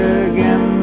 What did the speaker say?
again